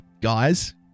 Guys